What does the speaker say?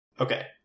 Okay